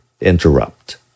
interrupt